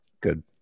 good